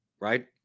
right